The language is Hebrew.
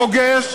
יא רבאק,